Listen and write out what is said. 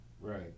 Right